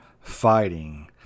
fighting